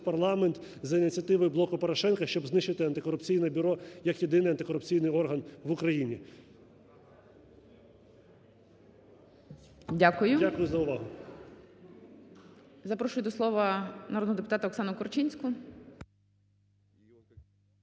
парламент за ініціативи "Блоку Порошенка", щоб знищити Атикорупційне бюро, як єдине антикорупційний орган в Україні. Дякую за увагу. ГОЛОВУЮЧИЙ. Дякую. Запрошую до слова народного депутата Оксану Корчинську.